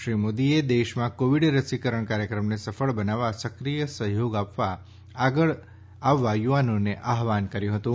શ્રી મોદીએ દેશમાં ક્રીવિડ રસીકરણ કાર્યક્રમને સફળ બનાવવા સક્રિય સહયોગ આપવા આગળ આવવા યુવાનોને આહવાન કર્યું હતું